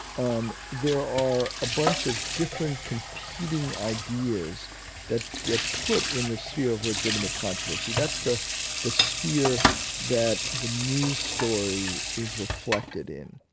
um there are a bunch of different competing ideas that get put in the sphere of legitimate controversy. that's the the sphere that the news story is reflected reflected in.